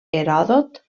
heròdot